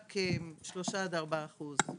שלושה עד ארבעה אחוזים